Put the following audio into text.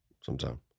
sometime